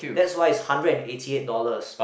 that's why it's hundred and eighty eight dollars